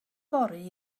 fory